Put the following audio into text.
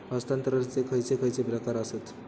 हस्तांतराचे खयचे खयचे प्रकार आसत?